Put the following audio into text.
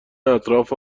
اطراف